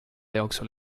jooksul